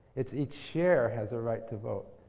it's each share has a right to vote.